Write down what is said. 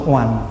one